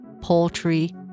poultry